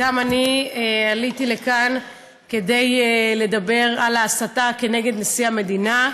גם אני עליתי לכאן כדי לדבר על ההסתה כנגד נשיא המדינה.